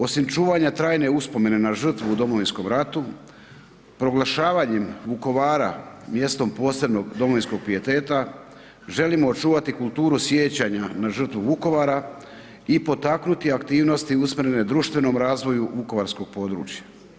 Osim čuvanja trajne uspomene na žrtvu u Domovinskom ratu proglašavanjem Vukovara mjestom posebnog domovinskog pijeteta želimo očuvati kulturu sjećanja na žrtvu Vukovara i potaknuti aktivnosti usmjerene društvenom razvoju vukovarskog područja.